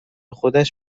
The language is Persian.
خودش